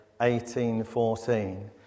1814